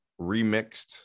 remixed